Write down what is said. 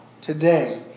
today